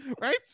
right